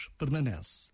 permanece